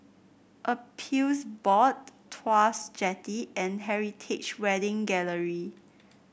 Appeals Board Tuas Jetty and Heritage Wedding Gallery